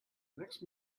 next